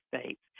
states